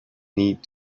need